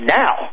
now